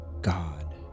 God